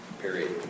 Period